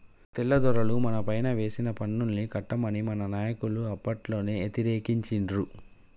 తెల్లదొరలు మనపైన వేసిన పన్నుల్ని కట్టమని మన నాయకులు అప్పట్లోనే యతిరేకించిండ్రు